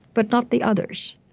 but not the others.